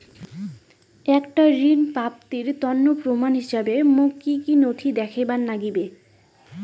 একটা ঋণ প্রাপ্তির তন্ন প্রমাণ হিসাবে মোক কী কী নথি দেখেবার নাগিবে?